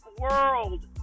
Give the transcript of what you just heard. world